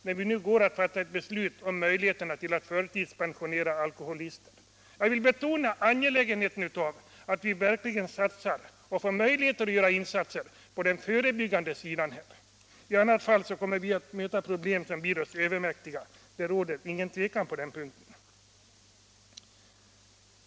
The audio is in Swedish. När vi nu går att fatta beslut om möjlighet att förtidspensionera alkoholister vill jag understryka vikten av att vi verkligen satsar på den förebyggande verksamheten. I annat fall kommer vi, som jag nyss sade, att möta problem som blir oss övermäktiga; det råder inget tvivel på den punkten.